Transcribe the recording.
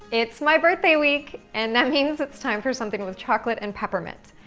it's my birthday week, and that means it's time for something with chocolate and peppermint.